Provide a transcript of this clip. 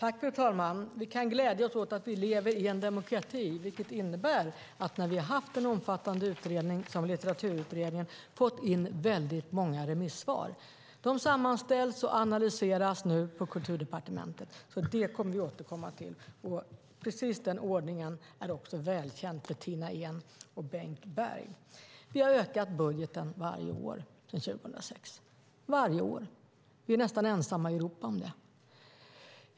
Fru talman! Vi kan glädja oss åt att vi lever i en demokrati, vilket innebär att vi, när vi har haft en omfattande utredning som Litteraturutredningen, har fått in väldigt många remissvar. De sammanställs och analyseras nu på Kulturdepartementet. Det återkommer vi till. Precis den ordningen är också välkänd för Tina Ehn och Bengt Berg. Vi har ökat budgeten varje år sedan 2006. Vi är nästan ensamma i Europa om det.